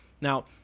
Now